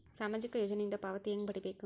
ಸಾಮಾಜಿಕ ಯೋಜನಿಯಿಂದ ಪಾವತಿ ಹೆಂಗ್ ಪಡಿಬೇಕು?